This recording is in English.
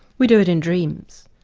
we do it in dreams.